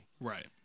Right